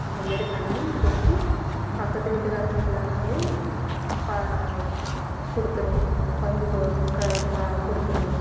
அந்தமாரி பண்ணி கொடுத்து பக்கத்து வீட்டுக்காரங்கள் எல்லாத்துக்கும் ப கொடுத்துருவோம் பங்கு பங்கு போ க ப கொடுத்துருவோம்